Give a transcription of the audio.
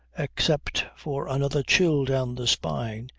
except for another chill down the spine,